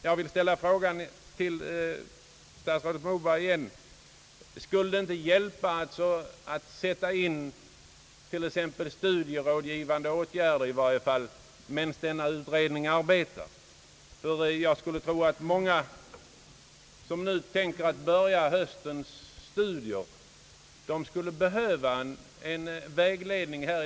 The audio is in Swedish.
Jag vill ställa en fråga till statsrådet Moberg igen: Skulle det inte hjälpa att sätta in t.ex. studierådgivande åtgärder, i varje fall medan utredningen arbetar? Många som tänker börja sina studier i höst behöver vägledning.